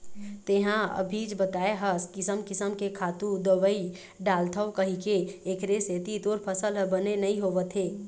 तेंहा अभीच बताए हस किसम किसम के खातू, दवई डालथव कहिके, एखरे सेती तोर फसल ह बने नइ होवत हे